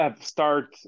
Start